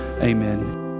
Amen